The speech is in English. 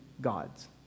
gods